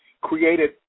created